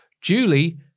Julie